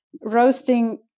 roasting